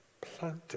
planted